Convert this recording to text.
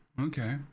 Okay